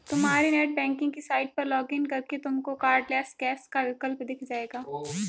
तुम्हारी नेटबैंकिंग की साइट पर लॉग इन करके तुमको कार्डलैस कैश का विकल्प दिख जाएगा